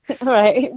Right